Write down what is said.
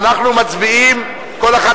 אנחנו עוברים לעמוד